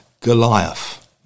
Goliath